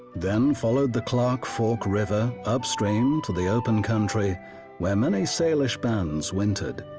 then followed the clark fork river upstream to the open country where many salish bands wintered.